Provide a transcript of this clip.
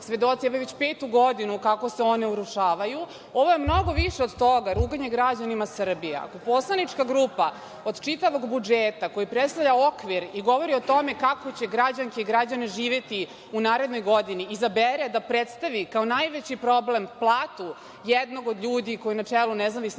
svedoci evo već pegu godinu kako se one urušavaju. Ovo je mnogo više od toga, ruganje građanima Srbije. Ako poslanička grupa od čitavog budžeta, koji predstavlja okvir i govori o tome kako će građanke i građani živeti u narednoj godini, izabere da predstavi kao najveći problem platu jednog od ljudi koji je na čelu nezavisne